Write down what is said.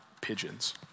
pigeons